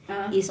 ah